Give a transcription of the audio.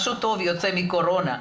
משהו טוב יוצא מהקורונה,